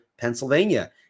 Pennsylvania